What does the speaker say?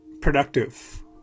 productive